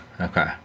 okay